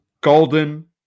Golden